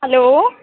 hello